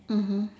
mmhmm